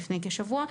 לפני כשבוע,